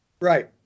Right